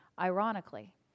ironically